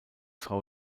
frau